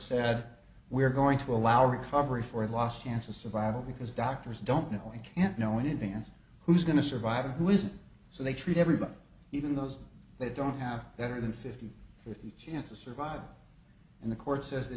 said we're going to allow recovery for a last chance of survival because doctors don't know and can't know in advance who's going to survive or who isn't so they treat everybody even those that don't have better than fifty fifty chance of survival in the course says